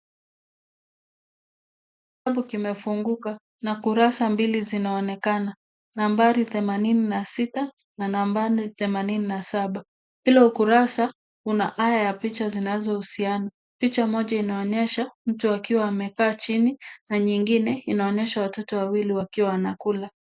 Kitabu kimefunguka na kurasa mbili zinaonekana nambari themanini na sita na nambari themanini na saba. Kila ukurasa una aya ya picha zinazohuziana. Picha moja inaonyesha mtu akiwa amekaa chini na nyingine inaonesha watoto wawili wakiwa wanakula.